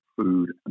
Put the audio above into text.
food